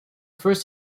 first